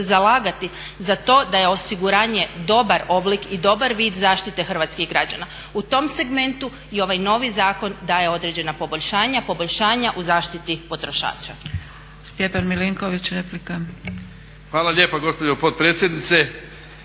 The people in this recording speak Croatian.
zalagati za to da je osiguranje dobar oblik i dobar vid zaštite hrvatskih građana. U tom segmentu i ovaj novi zakon daje određena poboljšanja, poboljšanja u zaštiti potrošača.